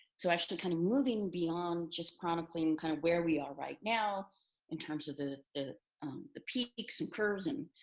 so, still kind of moving beyond just chronically and kind of where we are right now in terms of the the peaks and curves and